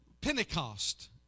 Pentecost